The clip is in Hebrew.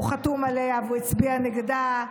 הוא חתום עליה והוא הצביע נגדה.